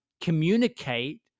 communicate